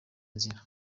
nzira